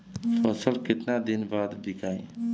फसल केतना दिन बाद विकाई?